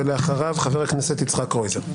ולאחריו, חבר הכנסת יצחק קרויזר.